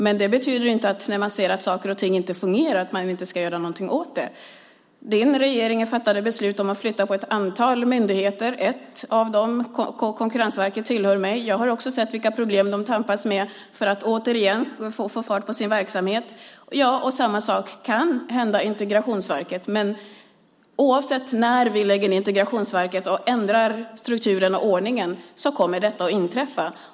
Men det betyder inte att när man ser att saker och ting inte fungerar man inte ska göra något åt det. Din regering fattade beslut om att flytta på ett antal myndigheter. En av dem, Konkurrensverket, tillhör mig. Jag har sett vilka problem de tampas med för att återigen få fart på sin verksamhet. Samma sak kan hända Integrationsverket, men oavsett när vi lägger ned Integrationsverket och ändrar strukturen och ordningen kommer detta att inträffa.